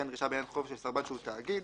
דרישה בעניין חוב של סרבן שהוא תאגיד,